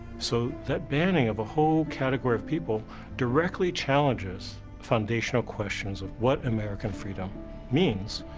so that banning of a whole category of people directly challenges foundational questions of what american freedom means,